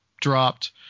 dropped